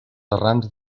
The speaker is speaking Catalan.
errants